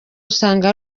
usanga